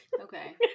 Okay